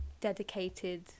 dedicated